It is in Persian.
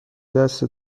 دست